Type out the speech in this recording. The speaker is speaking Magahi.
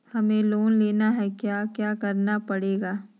हमें लोन लेना है क्या क्या करना पड़ेगा?